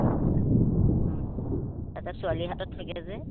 তাতে ছোৱালী হাতত থাকে যে